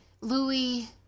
Louis